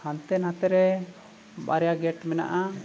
ᱦᱟᱱᱛᱮ ᱱᱟᱛᱮᱨᱮ ᱵᱟᱨᱭᱟ ᱜᱮᱴ ᱢᱮᱱᱟᱜᱼᱟ